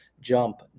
jump